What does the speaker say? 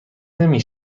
نمی